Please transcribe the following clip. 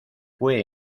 fue